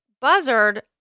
Buzzard